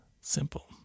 simple